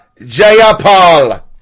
Jayapal